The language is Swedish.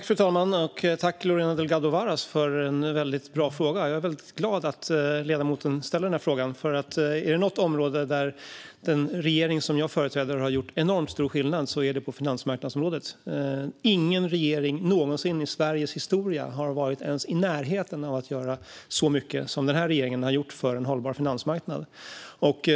Fru talman! Tack, Lorena Delgado Varas, för en väldigt bra fråga. Jag är glad att ledamoten ställde denna fråga, för är det något område där den regering jag företräder har gjort enormt stor skillnad är det på finansmarknadsområdet. Ingen regering någonsin i Sveriges historia har varit ens i närheten av att göra så mycket som denna regering har gjort för en hållbar finansmarknad.